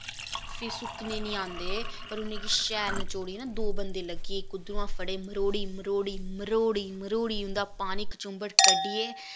फ्ही सुक्कने निं आंदे पर उ'नें गी शैल नचोड़ियै ना दो बंदे लग्गियै इक उद्धरां खड़े मरोड़ी मरोड़ी मरोड़ी मरोड़ी उन्दा पानी कचुंबड़ कड्डियै